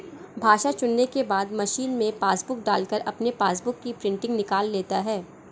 भाषा चुनने के बाद मशीन में पासबुक डालकर अपने पासबुक की प्रिंटिंग निकाल लेता है